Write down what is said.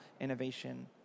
innovation